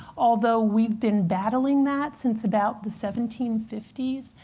although we've been battling that since about the seventeen fifty s.